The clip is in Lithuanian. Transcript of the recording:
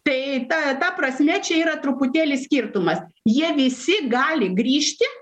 tai ta ta prasme čia yra truputėlį skirtumas jie visi gali grįžti